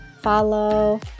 follow